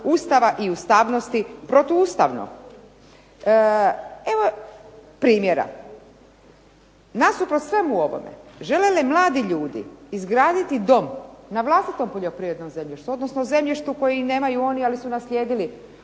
Ustava i ustavnosti protuustavno. Evo primjera. Nasuprot svemu ovome žele li mladi ljudi izgraditi dom na vlastitom poljoprivrednom zemljištu, odnosno zemljištu koje i nemaju oni, ali su naslijedili